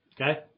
Okay